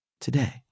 today